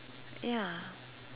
ya